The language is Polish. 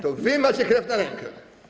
To wy macie krew na rękach.